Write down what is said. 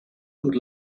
good